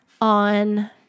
on